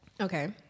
okay